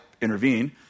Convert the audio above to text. intervene